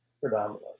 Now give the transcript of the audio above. predominantly